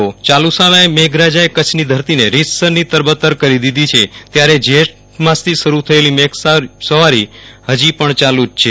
યાલુ સાલે મેઘરાજાએ કચ્છની ધરતીને રીતસરની તરબતર કરી દીધી છે ત્યારે જેઠ માસથી ચાલુ થયેલી મેઘ સવારી હજી પણ ચાલુ છે